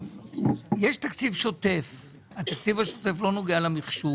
יש תקציב שוטף שלא נוגע למחשוב